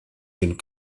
den